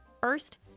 First